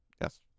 yes